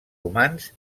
humans